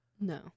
no